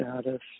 status